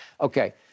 Okay